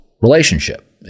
relationship